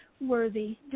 worthy